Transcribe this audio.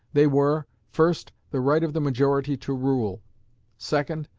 they were first, the right of the majority to rule second,